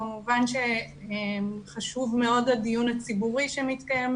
כמובן שחשוב מאוד הדיון הציבורי שמתקיים